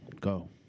go